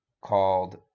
called